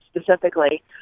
specifically